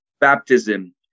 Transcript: baptism